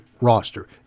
roster